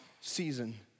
season